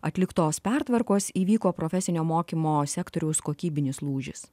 atliktos pertvarkos įvyko profesinio mokymo sektoriaus kokybinis lūžis